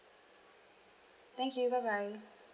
thank you bye bye